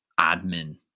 admin